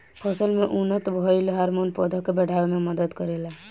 फसल में उत्पन्न भइल हार्मोन पौधा के बाढ़ावे में मदद करेला